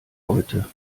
heute